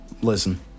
Listen